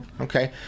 okay